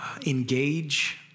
engage